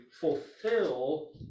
fulfill